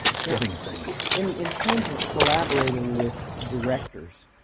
it's getting things. in in terms of collaborating with directors,